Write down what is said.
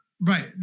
Right